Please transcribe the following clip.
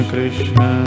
Krishna